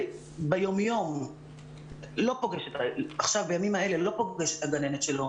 בימים האלה כשהוא לא פוגע את הגננת שלו,